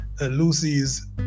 Lucy's